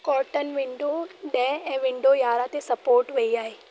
कोर्टन window ॾ ऐं window यारहं ते सपोर्ट वई आहे